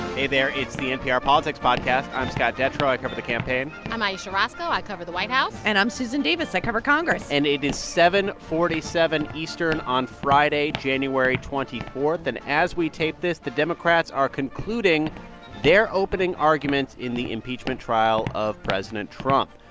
hey there. it's the npr politics podcast i'm scott detrow. i cover the campaign i'm ayesha rascoe. i cover the white house and i'm susan davis. i cover congress and it is seven forty seven eastern on friday, january twenty four. and as we tape this, the democrats are concluding their opening arguments in the impeachment trial of president trump.